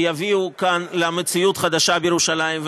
שיביאו למציאות חדשה בירושלים.